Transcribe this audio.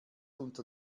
unter